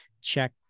check